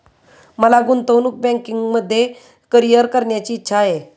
मला गुंतवणूक बँकिंगमध्ये करीअर करण्याची इच्छा आहे